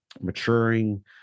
Maturing